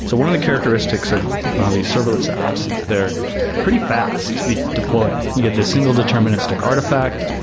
so one of the characteristics of these serverless apps is they're pretty fast to be deployed. you get the single deterministic artifact.